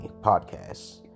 podcasts